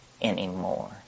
anymore